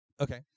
Okay